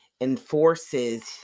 enforces